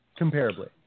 Comparably